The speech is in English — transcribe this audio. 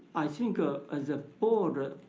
i think ah as a board,